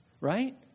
right